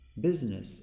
business